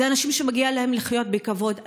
אלה אנשים שמגיע להם לחיות בכבוד.